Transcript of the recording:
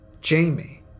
Jamie